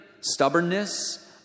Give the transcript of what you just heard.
stubbornness